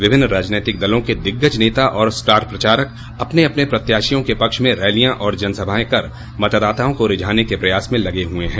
विभिन्न राजनीतिक दलों के दिग्गज नेता और स्टार प्रचारक अपने अपने प्रत्याशियों के पक्ष में रैलियां और जनसभाएं कर मतदाताओं को रिझाने को प्रयास में लगे हुए हैं